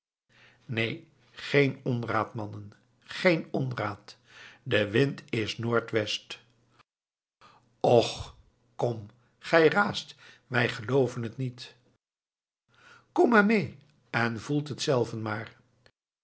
neen geen onraad mannen geen onraad de wind is noord-west och kom gij raast wij gelooven het niet komt maar mee en voelt zelven het maar